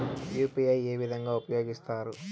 UPI ఏ విధంగా ఉపయోగిస్తారు?